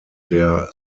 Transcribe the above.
der